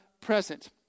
present